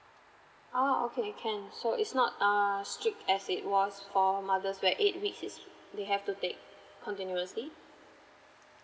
oh okay can so it's not err strict as it was for mother's where eight weeks is they have to take continuously